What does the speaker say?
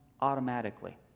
automatically